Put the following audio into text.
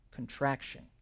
contraction